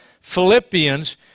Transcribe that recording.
Philippians